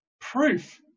proof